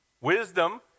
Wisdom